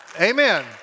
Amen